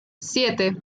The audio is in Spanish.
siete